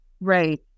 Right